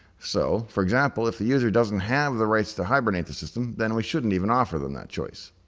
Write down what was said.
so, for example, if the user doesn't have the rights to hibernate the system then we shouldn't even offer them that choice.